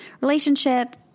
relationship